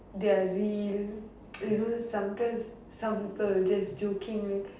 their real you know sometimes some people will just jokingly